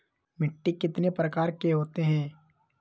मिट्टी कितने प्रकार के होते हैं?